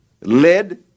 led